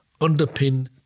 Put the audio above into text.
underpin